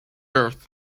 earth